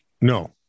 No